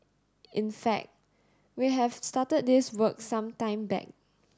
in fact we have started this work some time back